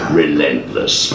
relentless